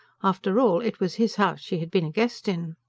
after all, it was his house she had been a guest in.